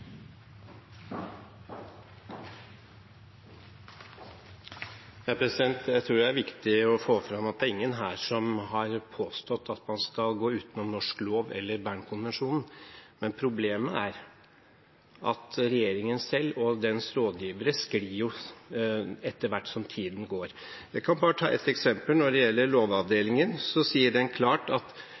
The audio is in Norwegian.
Jeg tror det er viktig å få fram at ingen her har påstått at man skal gå utenom norsk lov eller Bern-konvensjonen, men problemet er at regjeringen selv og dens rådgivere sklir etter hvert som tiden går. Jeg kan ta ett eksempel: Lovavdelingen sier klart at det er litt uklart om man har et problem knyttet til naturmangfoldloven, men at